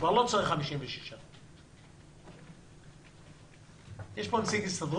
כבר לא צריך 56. יש כאן נציג של ההסתדרות?